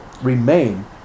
remain